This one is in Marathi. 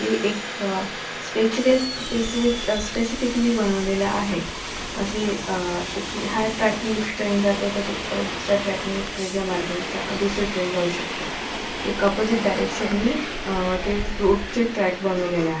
ते एक स्फेसिफिक स्फेसिफिक स्पेसिफिकली बनवलेलं आहे असे एक ह्या ट्रॅकनी एक ट्रेन जाते तर परत दुसऱ्या ट्रॅकनी एक वेगळ्या मार्गानी जा दुसरी ट्रेन जाऊ शकते एक अपोझिट डायरेक्शननी ते रूटचे ट्रॅक बनवलेले आहेत